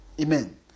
Amen